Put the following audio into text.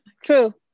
True